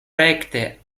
rekte